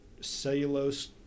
cellulose